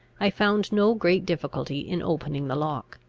i found no great difficulty in opening the lock.